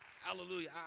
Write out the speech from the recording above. Hallelujah